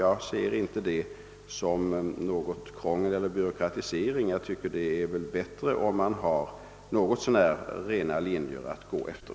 Jag ser inte det som något krångel eller någon form av byråkrati; jag anser att det är bättre om man har något så när rena linjer att gå efter.